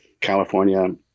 California